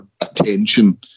attention